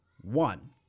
one